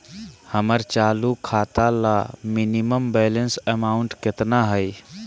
हमर चालू खाता ला मिनिमम बैलेंस अमाउंट केतना हइ?